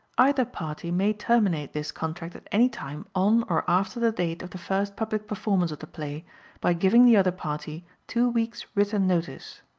either party may terminate this contract at any time on or after the date of the first public performance of the play by giving the other party two weeks' written notice.